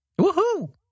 Woohoo